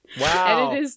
Wow